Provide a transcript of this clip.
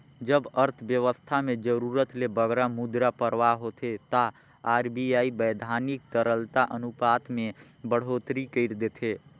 जब अर्थबेवस्था में जरूरत ले बगरा मुद्रा परवाह होथे ता आर.बी.आई बैधानिक तरलता अनुपात में बड़होत्तरी कइर देथे